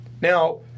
Now